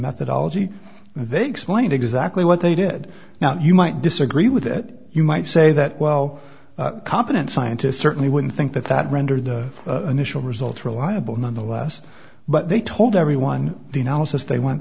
methodology they explain exactly what they did now you might disagree with that you might say that well competent scientists certainly wouldn't think that render the initial results reliable nonetheless but they told everyone the analysis they went